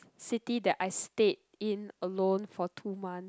city that I stayed in alone for two months